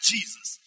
Jesus